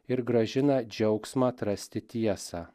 ir grąžina džiaugsmą atrasti tiesą